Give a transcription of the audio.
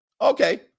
Okay